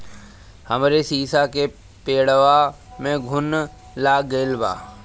हमरे शीसो के पेड़वा में घुन लाग गइल बा